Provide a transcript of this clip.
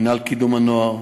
מינהל קידום הנוער,